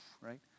Right